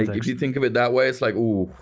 if you think of it that way, it's like, oh,